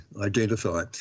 identify